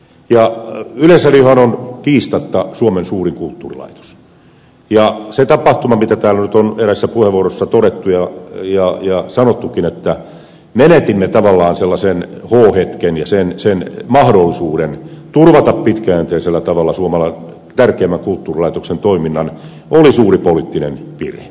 yleisradiohan on kiistatta suomen suurin kulttuurilaitos ja se tapahtuma joka täällä nyt on eräässä puheenvuorossa todettu ja on sanottukin että menetimme tavallaan sellainen h hetken ja mahdollisuuden turvata pitkäjänteisellä tavalla suomen tärkeimmän kulttuurilaitoksen toiminnan oli suuri poliittinen virhe